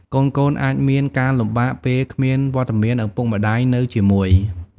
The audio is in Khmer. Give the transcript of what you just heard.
កូនៗអាចមានការលំបាកពេលគ្មានវត្តមានឪពុកម្ដាយនៅជាមួយ។